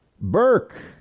Burke